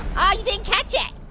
ah you didn't catch it.